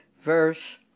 verse